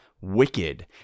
wicked